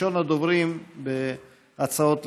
ראשון הדוברים בהצעות לסדר-היום.